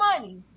money